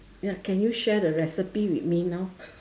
ya can you share the recipe with me now